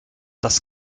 das